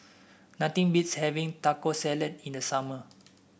nothing beats having Taco Salad in the summer